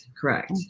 correct